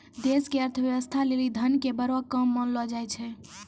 देश के अर्थव्यवस्था लेली धन के बड़ो काम मानलो जाय छै